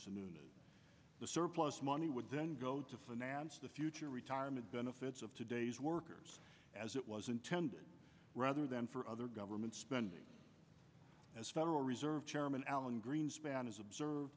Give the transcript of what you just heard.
the surplus money would then go to finance the future retirement benefits of today's workers as it was intended rather than for other government spending as federal reserve chairman alan greenspan has observed